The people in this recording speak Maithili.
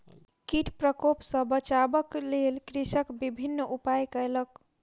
कीट प्रकोप सॅ बचाबक लेल कृषक विभिन्न उपाय कयलक